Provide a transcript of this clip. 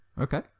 Okay